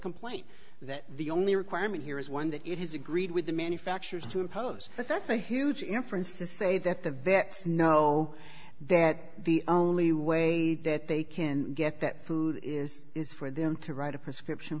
complaint that the only requirement here is one that it has agreed with the manufacturers to impose but that's a huge inference to say that the vets know that the only way that they can get that food is is for them to write a prescription